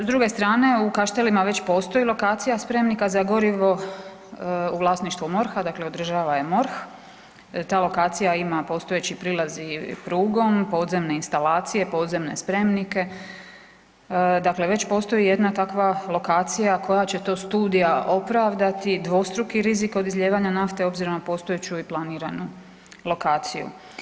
S druge strane, u Kaštelima već postoji lokacija spremnika za gorivo u vlasništvu MORH-a, dakle održava je MORH, ta lokacija ima postojeći prilazi i prugom, podzemne instalacije, podzemne spremnike, dakle već postoji jedna takva lokacija koja će to studija opravdati, dvostruki rizik od izlijevanja nafte obzirom na postojeću i planiranu lokaciju.